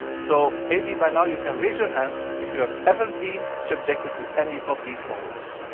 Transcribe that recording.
so maybe by now you can raise your hands if you have ever been subjected to any of these models.